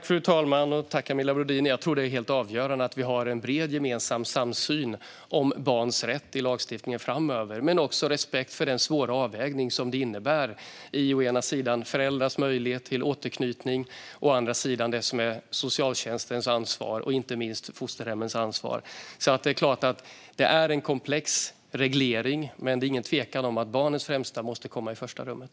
Fru talman! Tack, Camilla Brodin! Jag tror att det är helt avgörande att vi framöver har en bred gemensam samsyn i lagstiftningen om barns rätt. Men vi ska också ha respekt för den svåra avvägningen mellan å ena sidan föräldrars möjlighet till återanknytning och å andra sidan socialtjänstens och inte minst fosterhemmens ansvar. Det är klart att det är en komplex reglering. Men det finns ingen tvekan om att barnens bästa måste sättas i första rummet.